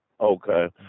Okay